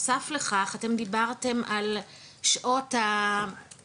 בנוסף לכך אתם דיברתם על שעות המשב,